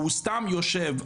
הוא סתם יושב.